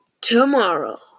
tomorrow